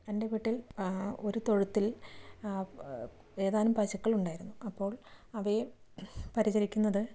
എൻ്റെ വീട്ടിൽ ഒരു തൊഴുത്തിൽ ഏതാനും പശുക്കൾ ഉണ്ടായിരുന്നു അപ്പോൾ അവയെ പരിചരിക്കുന്നത്